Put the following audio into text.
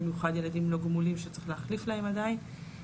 במיוחד ילדים לא גמולים שצריך להחליף להם עדיין.